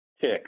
tick